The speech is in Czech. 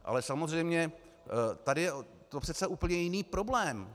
Ale samozřejmě tady je to přece úplně jiný problém.